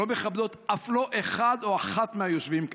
לא מכבדות אף לא אחד או אחת מהיושבים כאן.